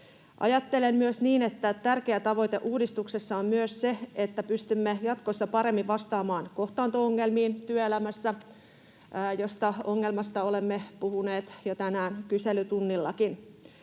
Ajattelen myös niin, että tärkeä tavoite uudistuksessa on myös se, että pystymme jatkossa paremmin vastaamaan kohtaanto-ongelmiin työelämässä, josta ongelmasta olemme puhuneet jo tänään kyselytunnillakin.